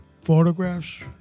photographs